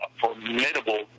formidable